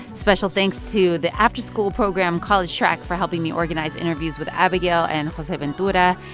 special thanks to the after-school program college track for helping me organize interviews with abigail and joseventura,